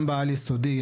גם בעל יסודי,